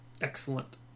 excellent